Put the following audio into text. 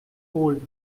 old